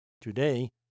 Today